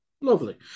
Lovely